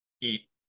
eat